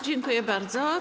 Dziękuję bardzo.